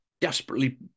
desperately